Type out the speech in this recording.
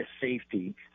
safety